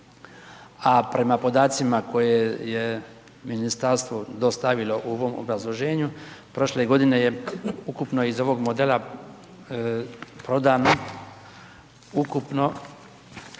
a prema podacima koje je ministarstvo dostavilo u ovom obrazloženju, prošle godine je ukupno iz ovog modela prodano ukupno